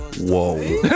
Whoa